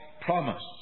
promise